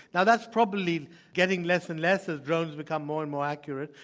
now, that's probably getting less and less as drones become more and more accurate.